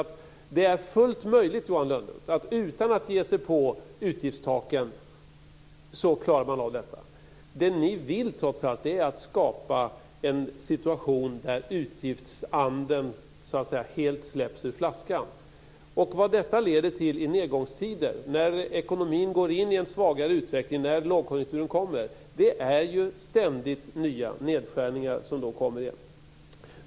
Det är alltså fullt möjligt att klara av detta utan att ge sig på utgiftstaken. Det ni vill är trots allt att skapa en situation där utgiftsanden helt släpps ur flaskan. Vad detta leder till i nedgångstider, när ekonomin går in i en svagare utveckling och när lågkonjunkturen kommer, är ständigt nya nedskärningar, som då kommer igen.